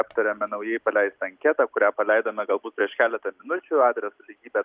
aptariame naujai paleistą anketą kurią paleidome galbūt prieš keletą minučių adresu lygybė